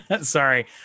sorry